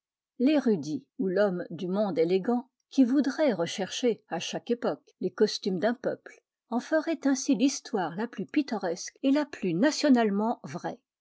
l'érudit ou l'homme du monde élégant qui voudrait rechercher à chaque époque les costumes d'un peuple en ferait ainsi l'histoire la plus pittoresque et la plus nationalement vraie